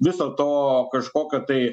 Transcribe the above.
viso to kažkokio tai